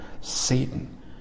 Satan